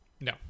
No